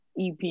EP